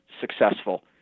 successful